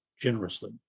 generously